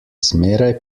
zmeraj